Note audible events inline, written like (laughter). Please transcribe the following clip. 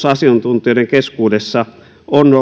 (unintelligible) asiantuntijoiden keskuudessa on (unintelligible)